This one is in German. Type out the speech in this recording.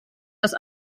das